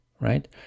right